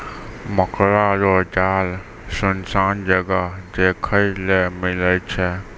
मकड़ा रो जाल सुनसान जगह देखै ले मिलै छै